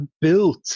built